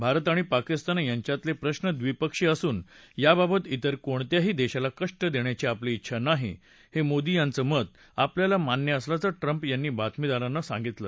भारत आणि पाकिस्तान यांच्यातले प्रश्न द्विपक्षीय असून त्याबाबत त्विर कोणत्याही देशाला कष्ट देण्याची आपली उंछा नाही हे मोदी यांचं मत आपल्याना मान्य असल्याचं ट्रम्प यांनी बातमीदारांना सांगितलं